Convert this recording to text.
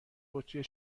بطری